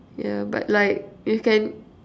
yeah but like you can